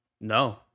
No